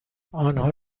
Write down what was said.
آنها